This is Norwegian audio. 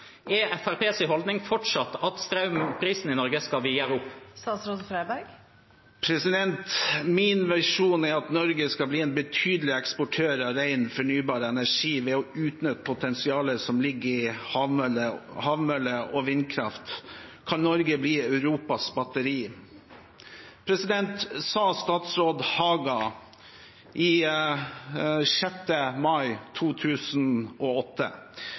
holdning fortsatt at strømprisen i Norge skal videre opp? «Min visjon er at Norge skal bli en betydelig eksportør av rein fornybar energi. Ved å utnytte potensialet som ligger i havmøller og i vannkraften kan Norge bli Europas batteri», sa tidligere statsråd Haga den 5. mai 2008.